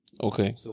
Okay